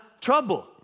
trouble